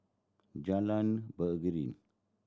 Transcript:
Jalan Beringin